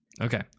Okay